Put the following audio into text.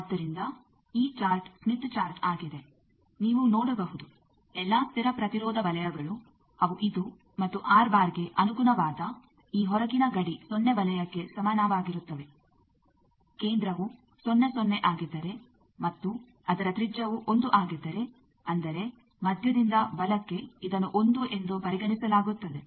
ಆದ್ದರಿಂದ ಈ chart Smith chart ಆಗಿದೆ ನೀವು ನೋಡಬಹುದು ಎಲ್ಲಾ ಸ್ಥಿರ ಪ್ರತಿರೋಧ ವಲಯಗಳು ಅವು ಇದು ಮತ್ತು ಗೆ ಅನುಗುಣವಾದ ಈ ಹೊರಗಿನ ಗಡಿ ಸೊನ್ನೆ ವಲಯಕ್ಕೆ ಸಮಾನವಾಗಿರುತ್ತದೆ ಕೇಂದ್ರವು 0 0 ಆಗಿದ್ದರೆ ಮತ್ತು ಅದರ ತ್ರಿಜ್ಯವು 1 ಆಗಿದ್ದರೆ ಅಂದರೆ ಮಧ್ಯದಿಂದ ಬಲಕ್ಕೆ ಇದನ್ನು 1 ಎಂದು ಪರಿಗಣಿಸಲಾಗುತ್ತದೆ